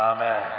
Amen